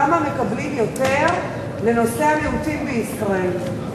כמה מקבלים יותר לנושא המיעוטים בישראל,